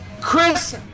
Chris